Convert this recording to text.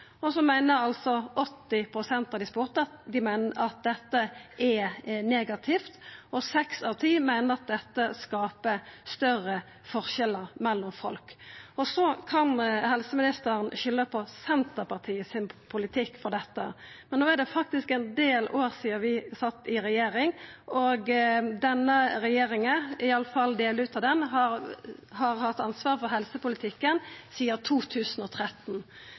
undersøking, så det er enda fleire som meiner at vi har eit todelt helsevesen enn i den tilsvarande undersøkinga i fjor, da det var knapt 50 pst. Av dei spurde meiner 80 pst. at dette er negativt. Seks av ti meiner at dette skaper større forskjellar mellom folk. Helseministeren skuldar på politikken til Senterpartiet for dette, men det er faktisk ein del år sidan vi satt i regjering, og denne regjeringa – i alle fall delar av